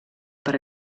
per